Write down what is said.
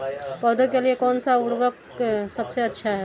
पौधों के लिए कौन सा उर्वरक सबसे अच्छा है?